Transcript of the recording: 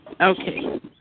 Okay